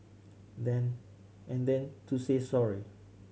then and then to say sorry